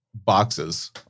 boxes